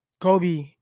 Kobe